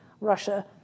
Russia